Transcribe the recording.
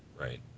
Right